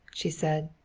she said.